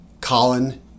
Colin